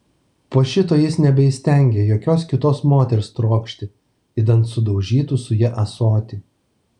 po šito jis nebeįstengė jokios kitos moters trokšti idant sudaužytų su ja ąsotį